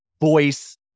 voice